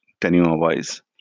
tenure-wise